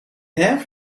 have